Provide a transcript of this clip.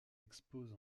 expose